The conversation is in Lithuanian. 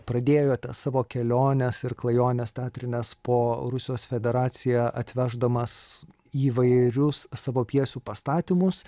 pradėjote savo keliones ir klajones teatrines po rusijos federaciją atveždamas įvairius savo pjesių pastatymus